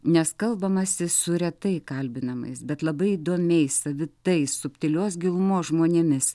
nes kalbamasi su retai kalbinamais bet labai įdomiais savitais subtilios gilumos žmonėmis